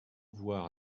voir